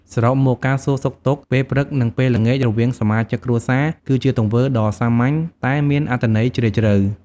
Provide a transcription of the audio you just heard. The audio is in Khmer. សរុបមក ការសួរសុខទុក្ខពេលព្រឹក និងពេលល្ងាចរវាងសមាជិកគ្រួសារ គឺជាទង្វើដ៏សាមញ្ញតែមានអត្ថន័យជ្រាលជ្រៅ។